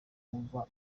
wumva